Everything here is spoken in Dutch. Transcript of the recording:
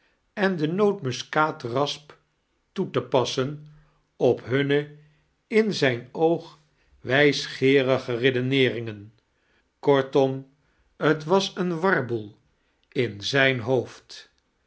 en de notemuskaataasp toe te pas'sen op hutnne in zijn oog wijsgeeoge redieneeringen koirtom t was een warbael in zijn hoofd